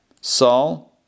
Saul